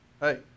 hey